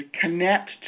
connect